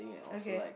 okay